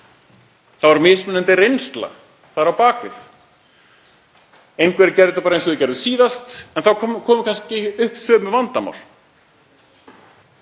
Það var mismunandi reynsla þar á bak við. Einhverjir gerðu þetta bara eins og þeir gerðu síðast en þá komu kannski upp sömu vandamál.